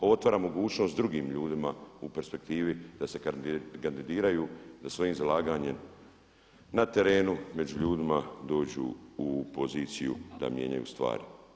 Ovo otvara mogućnost drugim ljudima u perspektivi da se kandidiraju da svojim zalaganjem na terenu među ljudima dođu u poziciju da mijenjaju stvari.